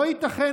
לא ייתכן,